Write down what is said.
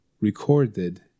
recorded